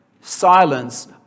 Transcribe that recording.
silence